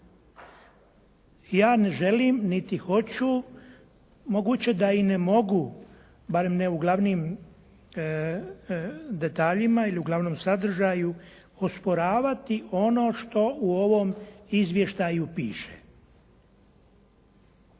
Ja ne želim niti hoću, moguće da i ne mogu barem ne u glavnim detaljima ili glavnom sadržaju osporavati ono što u ovom izvještaju piše.